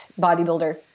bodybuilder